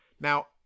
Now